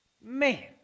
Man